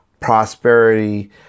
prosperity